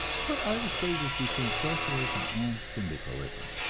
what are the stages between socialism and syndicalism?